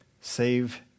Save